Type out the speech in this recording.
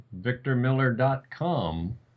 VictorMiller.com